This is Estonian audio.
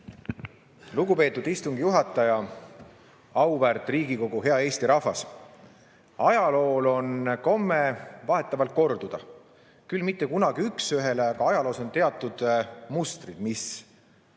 Lugupeetud istungi juhataja! Auväärt Riigikogu! Hea Eesti rahvas! Ajalool on komme vahetevahel korduda. Küll mitte kunagi üks ühele, aga ajaloos on teatud mustrid, mis